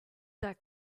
that